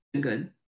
good